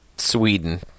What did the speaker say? Sweden